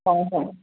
ꯍꯣꯏ ꯍꯣꯏ